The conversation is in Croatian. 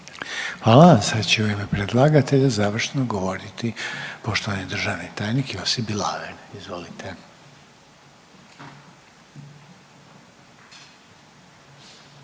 Hvala. Sad će u ime predlagatelja završno govoriti poštovani državni tajnik Josip Bilaver. Izvolite.